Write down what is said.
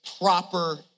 proper